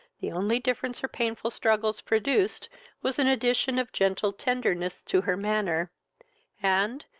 the only difference her painful struggles produced was an addition of gentle tenderness to her manner and,